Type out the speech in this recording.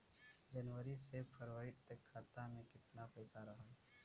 जनवरी से फरवरी तक खाता में कितना पईसा रहल?